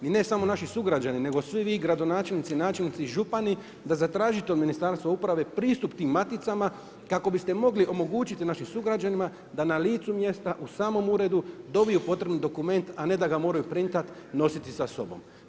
I ne samo naši sugrađani nego svi vi gradonačelnici, načelnici, župani da zatražite od Ministarstva uprave pristup tim maticama kako biste mogli omogućiti našim sugrađanima da na licu mjesta u samom uredu dobiju potreban dokument, a ne da ga moraju printati i nositi sa sobom.